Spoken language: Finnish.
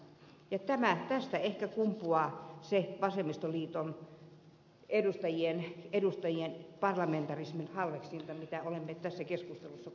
ja tästä ehkä kumpuaa se vasemmistoliiton edustajien parlamentarismin halveksinta mitä olemme tässä keskustelussa kuulleet